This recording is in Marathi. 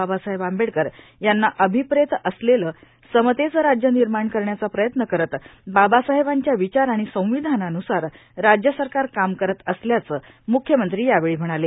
बाबासाहेब आंबेडकर यांना अभिप्रेत असलेलं समतेचं राज्य निर्माण करण्याचा प्रयत्न करत बाबासाहेबांच्या विचार आणि संविधानानुसार राज्य सरकार काम करत असल्याचं मुख्यमंत्री यावेळी म्हणाले